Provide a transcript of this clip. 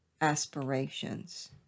aspirations